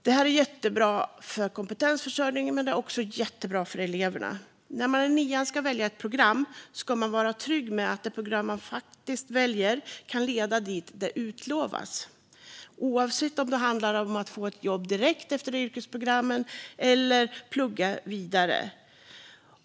Det här är jättebra för kompetensförsörjningen, men det är också jättebra för eleverna. När man i nian ska välja program ska man kunna vara trygg med att det program man väljer kan leda dit som utlovas, oavsett om det handlar om att få ett jobb direkt efter avslutat program eller om att plugga vidare.